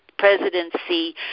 presidency